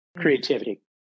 Creativity